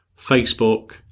Facebook